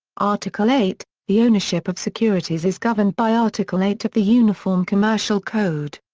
article eight the ownership of securities is governed by article eight of the uniform commercial code.